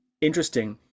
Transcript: interesting